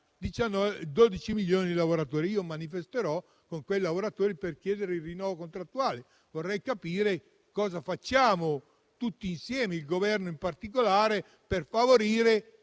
12 milioni di lavoratori. Io manifesterò con quei lavoratori per chiedere il rinnovo contrattuale. Vorrei capire cosa facciamo tutti insieme, il Governo in particolare, per favorire